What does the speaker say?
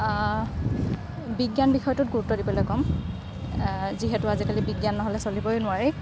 বিজ্ঞান বিষয়টোত গুৰুত্ব দিবলৈ ক'ম যিহেতু আজিকালি বিজ্ঞান নহ'লে চলিবই নোৱাৰি